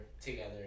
together